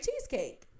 cheesecake